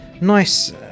nice